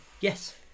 Yes